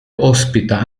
ospita